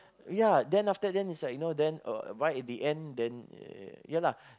ya then after then it's like you know then uh right at the end then ya lah